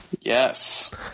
yes